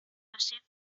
versteht